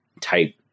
type